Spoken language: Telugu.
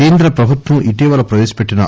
కేంద్ర ప్రభుత్వం ఇటీవల ప్రవేశపెట్టిన